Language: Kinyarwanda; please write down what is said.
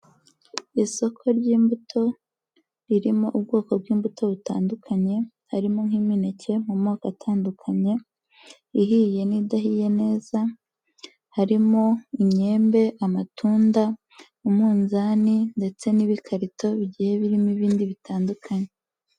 Isoko ry'imbuto ririmo ubwoko bw'imbuto butandukanye, harimo nk'imineke mu moko atandukanye, ihiye n'idahiye neza, harimo inyembe, amatunda, umunzani ndetse n'ibikarito bigiye birimo ibindi bitandukanye.